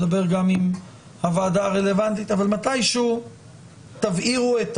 נדבר גם עם הוועדה הרלוונטית אבל מתי שהוא תביאו את